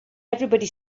everybody